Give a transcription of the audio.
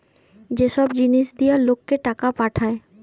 যে সব জিনিস দিয়া লোককে টাকা পাঠায়